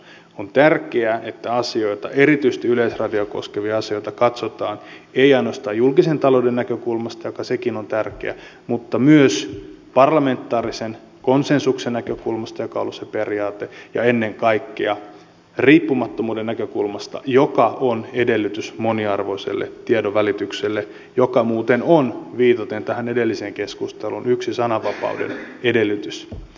on tärkeää että asioita erityisesti yleisradiota koskevia asioita katsotaan ei ainoastaan julkisen talouden näkökulmasta joka sekin on tärkeä vaan myös parlamentaarisen konsensuksen näkökulmasta joka on ollut se periaate ja ennen kaikkea riippumattomuuden näkökulmasta joka on edellytys moniarvoiselle tiedonvälitykselle joka muuten on viitaten tähän edelliseen keskusteluun yksi sananvapauden edellytys